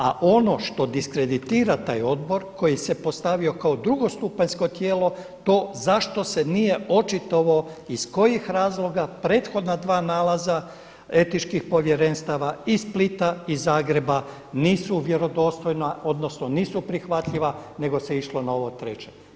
A ono što diskreditira taj Odbor koji se postavio kao drugostupanjsko tijelo to zašto se nije očitovao iz kojih razloga prethodna dva nalaza etičkih povjerenstava i Splita i Zagreba nisu vjerodostojna odnosno nisu prihvatljiva, nego se išlo na ovo treće.